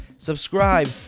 Subscribe